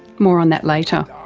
more on that later.